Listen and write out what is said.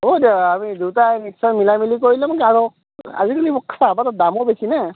হ'ব দিয়ক আমি দুইটাই কিবা মিলা মেলি কৰি ল'ম আৰু আজিকালি চাহপাতৰ দামো বেছি ন